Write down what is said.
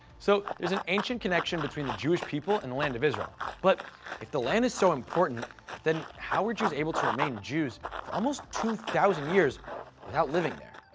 so there's an ancient connection between the jewish people and the land of israel. but if the land is so important then how were jews able to remain jews for almost two thousand years without living there?